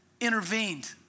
intervened